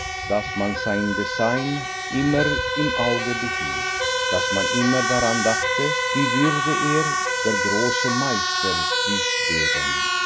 daß man sein dessein immer im auge behielt daß man immer daran dachte wie würde er der große meister dies weben